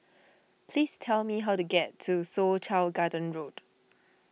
please tell me how to get to Soo Chow Garden Road